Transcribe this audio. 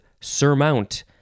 surmount